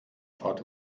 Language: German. fahrt